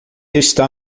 está